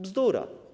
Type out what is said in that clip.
Bzdura.